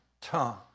tongue